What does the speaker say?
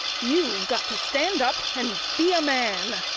you've got to stand up and be a man.